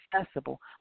accessible